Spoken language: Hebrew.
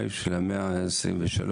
של המאה ה-21,